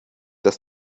dass